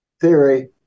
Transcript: theory